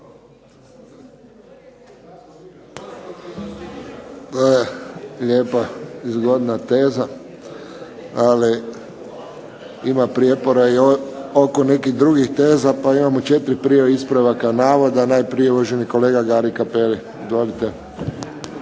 To je lijepa i zgodna teza, ali ima prijepora i oko nekih drugih teza, pa imamo četiri prijave ispravaka navoda. Najprije uvaženi kolega Gari Cappelli. Izvolite.